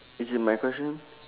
is it my question